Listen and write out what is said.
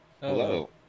Hello